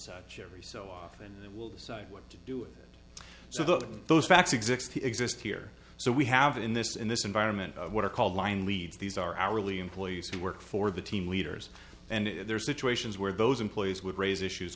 such every so often that will decide what to do it so that those facts exist exist here so we have in this in this environment what are called line leads these are hourly employees who work for the team leaders and there are situations where those employees would raise issues